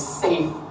safe